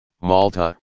Malta